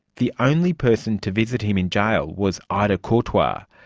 the only person to visit him in jail was ida curtois.